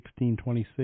1626